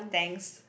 thanks